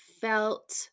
felt